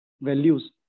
values